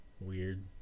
Weird